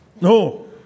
No